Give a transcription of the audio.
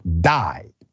died